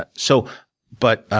but so but